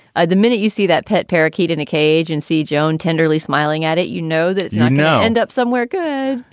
ah the minute you see that pet parakeet in a cage and see joan tenderly smiling at it, you know that, you so know, end up somewhere good,